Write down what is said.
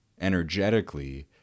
energetically